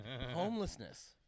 Homelessness